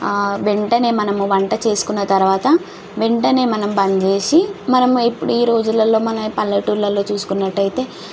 వెంటనే మనము వంట చేసుకున్న తర్వాత వెంటనే మనం బంద్ చేసి మనం ఎప్పుడు ఈ రోజులల్లో మనం పల్లెటూళ్ళల్లో చూసుకున్నట్టయితే